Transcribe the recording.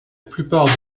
plupart